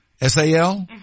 S-A-L